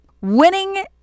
Winning